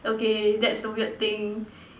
okay that's the weird thing